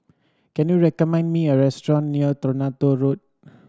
can you recommend me a restaurant near Toronto Road